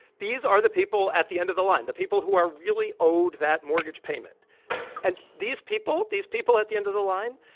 these are the people at the end of the line, the people who are really owed that mortgage payment and these people these people at the end of the line,